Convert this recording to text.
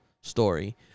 story